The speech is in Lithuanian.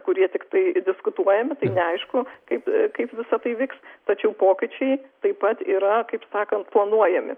kurie tiktai diskutuojami tai neaišku kaip kaip visa tai vyks tačiau pokyčiai taip pat yra kaip sakant planuojami